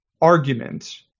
argument